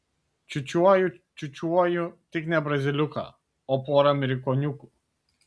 čiūčiuoju čiūčiuoju tik ne braziliuką o porą amerikoniukų